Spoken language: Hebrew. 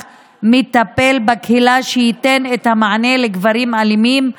מטפל בקהילה שייתן את המענה לגברים אלימים.